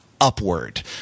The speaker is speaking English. upward